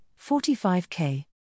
45k